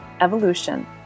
Evolution